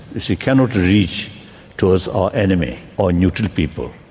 which we cannot reach towards our enemy or neutral people.